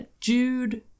Jude